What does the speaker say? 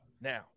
Now